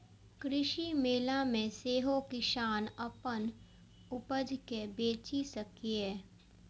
कृषि मेला मे सेहो किसान अपन उपज कें बेचि सकैए